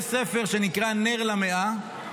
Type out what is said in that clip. יש ספר שנקרא נר למאה,